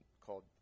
called